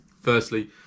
Firstly